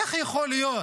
איך יכול להיות